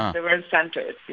they were uncentered.